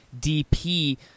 DP